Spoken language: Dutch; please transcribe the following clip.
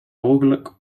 mogelijk